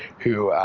who